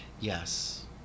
yes